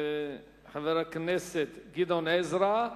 חבר הכנסת גדעון עזרא.